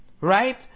Right